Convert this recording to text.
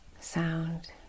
sound